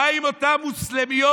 מה עם אותן מוסלמיות